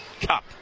Cup